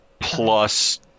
Plus